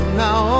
now